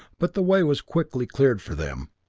but the way was quickly cleared for them.